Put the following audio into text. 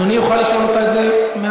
אדוני יוכל לשאול אותה את זה מעל,